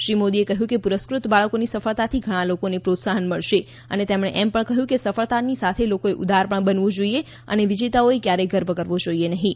શ્રી મોદીએ કહ્યું કે પુરસ્કૃત બાળકોની સફળતાથી ઘણા લોકોને પ્રોત્સાહન મળશે તેમણે એમ પણ કહ્યું કે સફળતાની સાથે લોકોએ ઉદાર પણ બનવું જોઈએ અને વિજેતાઓએ કયારેય ગર્વ કરવો જોઈએ નહીં